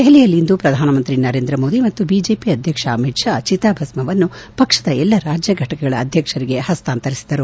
ದೆಹಲಿಯಲ್ಲಿಂದು ಪ್ರಧಾನಮಂತ್ರಿ ನರೇಂದ್ರ ಮೋದಿ ಮತ್ತು ಬಿಜೆಖ ಅಧ್ಯಕ್ಷ ಅಮಿತ್ ಷಾ ಚಿತಾ ಭಸ್ತವನ್ನು ಪಕ್ಷದ ಎಲ್ಲಾ ರಾಜ್ಯ ಘಟಕಗಳ ಅಧ್ಯಕ್ಷರಿಗೆ ಹಸ್ನಾಂತರಿಸಿದೆ